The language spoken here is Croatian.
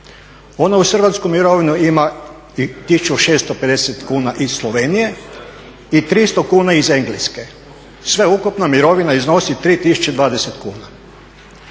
Ona uz hrvatsku mirovinu ima i 1.650 kuna iz Slovenije i 300 kuna iz Engleske, sveukupna mirovina iznosi 3.020kuna